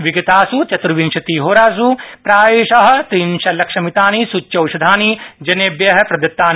विगतासु चतुर्विशति होरासु प्रायशः व्रिंशल्लक्षमितानि सूच्यौषधानि जनेभ्यः प्रदत्तानि